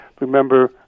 remember